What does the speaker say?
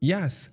Yes